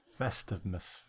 Festiveness